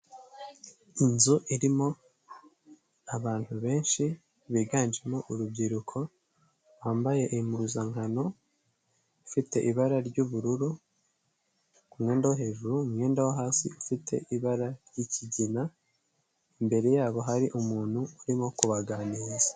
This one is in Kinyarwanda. Inzu irimo abantu benshi biganjemo urubyiruko, bambaye impuzankano ifite ibara ry'ubururu ku mwenda hejuru, umwenda wo hasi ufite ibara ry'ikigina, imbere yabo hari umuntu urimo kubaganiriza.